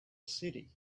city